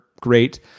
great